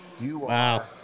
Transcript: Wow